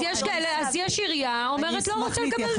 אז יש עירייה, אומרת לא רוצה לקבל.